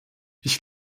ich